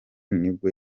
nibwo